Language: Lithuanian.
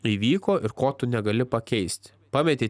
įvyko ir ko tu negali pakeisti pametei